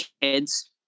kids